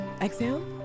Exhale